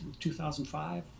2005